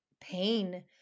pain